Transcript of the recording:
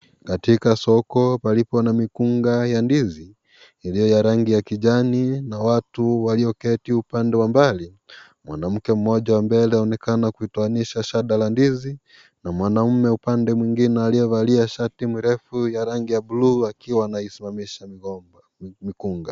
Katika soko palipo na mikunga ya ndizi iliyo ya rangi ya kijani na watu walioketi upande wa mbali, mwanamke mmoja mbele anaonekana kuitoanisha shada la ndizi na mwanume upande mwingine aliyevalia shati mrefu ya rangi ya bulu akiwa anaisimamisha mikunga.